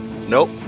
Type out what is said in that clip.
Nope